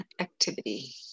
activity